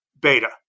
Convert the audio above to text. beta